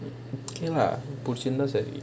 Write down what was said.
okay lah புடிச்சி இருந்த சரி:pudichi irunthaa sari